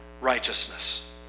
righteousness